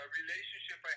relationship